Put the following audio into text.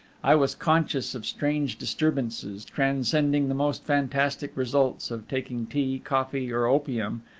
i was conscious of strange disturbances, transcending the most fantastic results of taking tea, coffee, or opium,